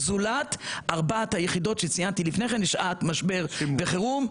זולת ארבעת היחידות שציינתי לפני כן לשעת משבר וחירום,